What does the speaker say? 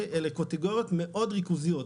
אלה קטגוריות מאוד ריכוזיות,